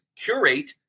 curate